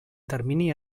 termini